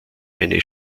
eine